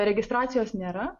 registracijos nėra